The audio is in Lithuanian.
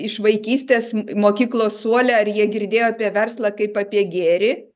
iš vaikystės mokyklos suole ar jie girdėjo apie verslą kaip apie gėrį